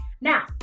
now